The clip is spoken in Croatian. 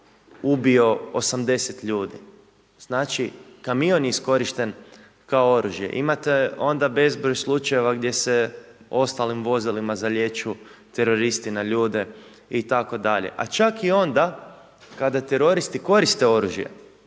ubio 80 ljudi. znači kamion je iskorišten kao oružje. Imate onda bezbroj slučajeva gdje se ostalim vozilima zalijeću teroristi na ljude itd. A čak i onda kada teroristi koriste oružje,